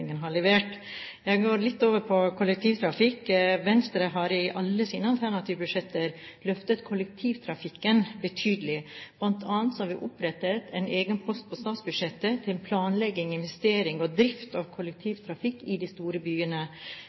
har levert. Jeg vil gå litt over på kollektivtrafikk. Venstre har i alle sine alternative budsjetter løftet kollektivtrafikken betydelig. Blant annet har vi opprettet en egen post på statsbudsjettet til planlegging, investering og drift av kollektivtrafikk i de store byene